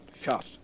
shot